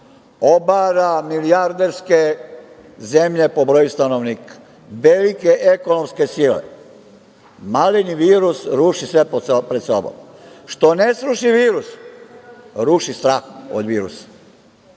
obara milijarderske zemlje po broju stanovnika, velike ekonomske sile, maleni virus ruši sve pred sobom. Što ne sruši virus ruši strah od virusa.